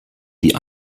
die